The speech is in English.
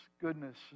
goodness